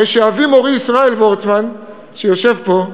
הרי שאבי מורי, ישראל וורצמן, שיושב פה,